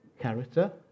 Character